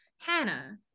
Hannah